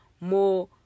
more